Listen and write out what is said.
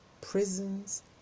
prisons